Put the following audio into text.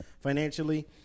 financially